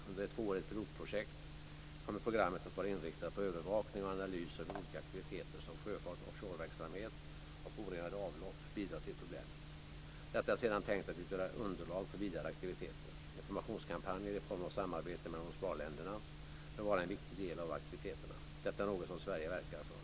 Under ett tvåårigt pilotprojekt kommer programmet att vara inriktat på övervakning och analys av hur olika aktiviteter som sjöfart, offshoreverksamhet och orenade avlopp bidrar till problemet. Detta är sedan tänkt att utgöra underlag för vidare aktiviteter. Informationskampanjer i form av samarbete mellan OSPAR-länderna bör vara en viktig del av dessa aktiviteter. Detta är något som Sverige verkar för.